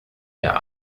der